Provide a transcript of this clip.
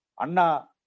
Anna